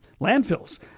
landfills